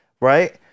right